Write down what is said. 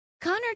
Connor